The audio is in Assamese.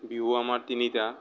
বিহু আমাৰ তিনিটা